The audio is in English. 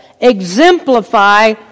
exemplify